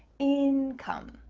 income.